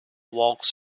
walks